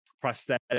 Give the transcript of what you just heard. prosthetic